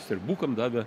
stribukam davė